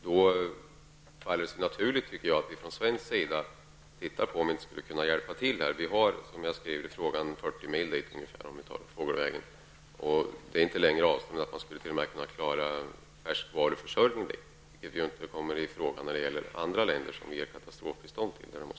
Då faller det sig naturligt att vi från svensk sida undersöker om vi inte skulle kunna hjälpa till. Som jag påpekade i min fråga är det ungefär 40 mil fågelvägen härifrån och till Baltikum. Detta avstånd är inte längre än att man skulle kunna klara t.o.m. färskvaruförsörjningen, vilket ju inte kommer i fråga när det gäller katastrofbistånd till andra länder.